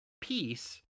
Peace